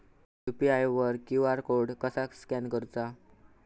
UPI वर QR code कसा scan करूचा?